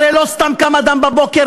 הרי לא סתם קם אדם בבוקר,